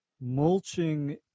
mulching